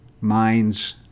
minds